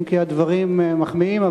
הדברים מחמיאים,